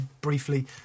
briefly